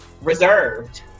reserved